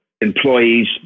employees